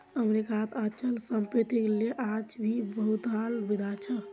अमरीकात अचल सम्पत्तिक ले आज भी बहुतला विवाद छ